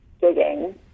digging